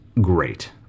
great